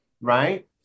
right